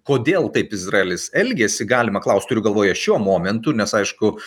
kodėl taip izraelis elgiasi galima klaust turiu galvoje šiuo momentu nes aišku